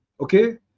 okay